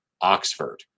Oxford